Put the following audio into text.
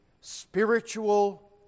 spiritual